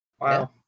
Wow